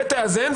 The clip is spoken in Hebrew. ותאזן,